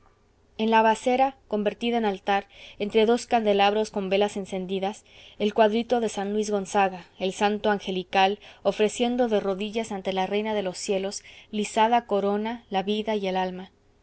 en la vasera convertida en altar entre dos candelabros con las velas encendidas el cuadrito de san luis gonzaga el santo angelical ofreciendo de rodillas ante la reina de los cielos lisada corona la vida y el alma